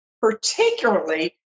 particularly